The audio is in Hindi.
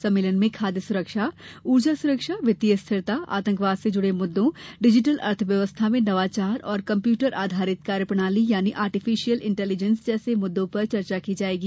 सम्मेलन में खाद्य सुरक्षा ऊर्जा सुरक्षा वित्तीय स्थिरता आतंकवाद से जुड़े मुद्दों डिजिटल अर्थव्य्वस्था में नवाचार और कम्यूटर आधारित कार्यप्रणाली यानी आर्टिफिशियल इंटेलीजेंस जैसे मुद्दों पर चर्चा की जाएगी